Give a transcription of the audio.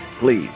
please